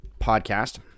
podcast